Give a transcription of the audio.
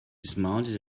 dismounted